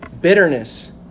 bitterness